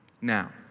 Now